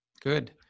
Good